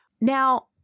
Now